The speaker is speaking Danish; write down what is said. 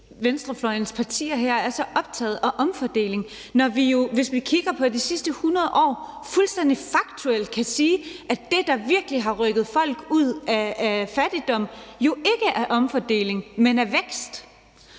venstrefløjens partier her er så optaget af omfordeling, når vi, hvis vi kigger på de sidste 100 år, fuldstændig faktuelt kan sige, at det, der virkelig har rykket folk ud af fattigdom, jo ikke er omfordeling, men er vækst.